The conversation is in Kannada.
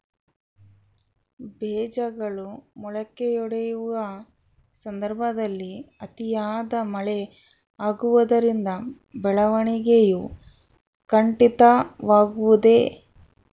ಬೇಜಗಳು ಮೊಳಕೆಯೊಡೆಯುವ ಸಂದರ್ಭದಲ್ಲಿ ಅತಿಯಾದ ಮಳೆ ಆಗುವುದರಿಂದ ಬೆಳವಣಿಗೆಯು ಕುಂಠಿತವಾಗುವುದೆ?